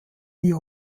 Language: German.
die